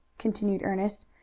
continued ernest,